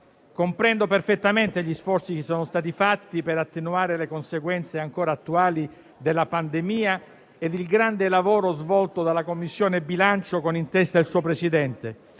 Comprendo perfettamente gli sforzi che sono stati fatti per attenuare le conseguenze ancora attuali della pandemia ed il grande lavoro svolto dalla Commissione bilancio, con in testa il suo Presidente,